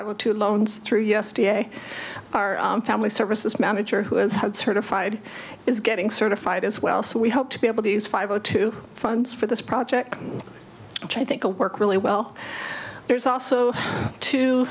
issue two loans through yesterday our family services manager who has had certified is getting certified as well so we hope to be able to use five o two funds for this project which i think will work really well there's also t